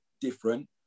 different